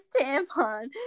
tampon